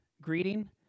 greeting